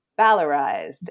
valorized